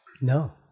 no